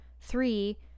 three